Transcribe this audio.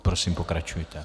Prosím, pokračujte.